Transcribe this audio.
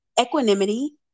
equanimity